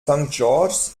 george’s